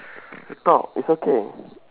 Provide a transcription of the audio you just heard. talk is okay